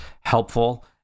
helpful